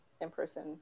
in-person